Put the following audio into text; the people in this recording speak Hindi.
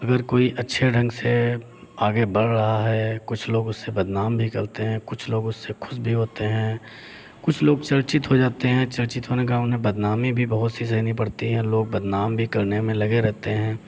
अगर कोई अच्छे ढंग से आगे बढ़ रहा है कुछ लोग उसे बदनाम भी करते हैं कुछ लोग उससे खुश भी होते हैं कुछ लोग चर्चित हो जाते हैं चर्चित होने का उन्हें बदनामी भी बहुत सी सहनी पड़ती हैं लोग बदनाम भी करने में लगे रहते हैं